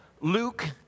Luke